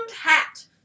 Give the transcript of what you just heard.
hat